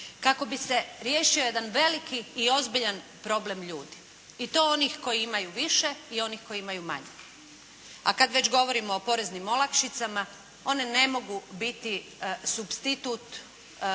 kako bi se riješio jedan veliki i ozbiljan problem ljudi i to onih koji imaju više i onih koji imaju manje. A kad već govorimo o poreznim olakšicama one ne mogu biti supstitut